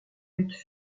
luttes